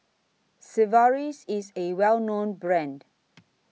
Sigvaris IS A Well known Brand